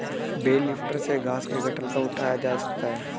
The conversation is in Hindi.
बेल लिफ्टर से घास के गट्ठल को उठाया जा सकता है